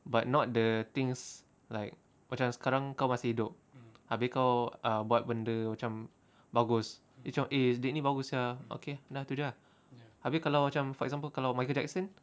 but not the things like macam sekarang kau masih hidup abeh kau buat benda macam bagus macam eh dia ni bagus sia okay dah tu jer ah abeh kalau macam for example kalau michael jackson